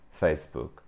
Facebook